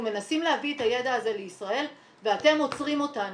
מנסים להביא את הידע הזה לישראל ואתם עוצרים אותנו.